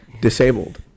disabled